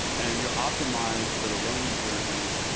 and you'll optimize for the learning journey,